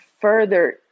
further